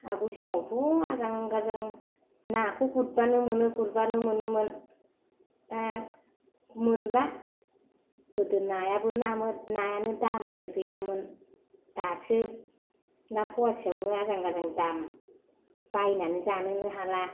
आवग'य समावथ' आजां गाजां नाखौ गुरबानो मोनो गुरबानो मोनोमोन दा मोनला गोदो नायाबो ना मोन नायाबो दामानो गैयामोन दासो ना फवासेआवनो आजां गाजां दाम बायनानै जानोनो हाला